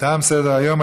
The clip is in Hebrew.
תם סדר-היום.